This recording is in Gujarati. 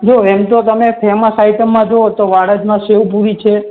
જો એમ તો તમે ફેમસ આઇટમમાં જોવો તો વાડજમાં સેવપૂરી છે